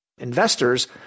investors